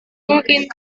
mungkin